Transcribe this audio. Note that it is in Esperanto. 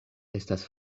estas